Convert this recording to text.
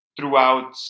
throughout